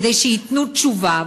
כדי שייתנו תשובה,